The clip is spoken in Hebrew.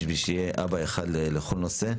כדי שיהיה אבא אחד לכל נושא.